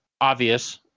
obvious